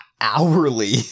Hourly